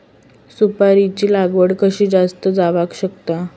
सुपारीची लागवड कशी जास्त जावक शकता?